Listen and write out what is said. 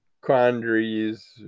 quandaries